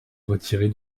retirée